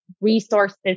resources